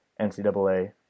NCAA